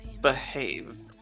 Behave